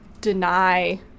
deny